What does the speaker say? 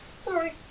sorry